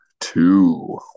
two